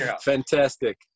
fantastic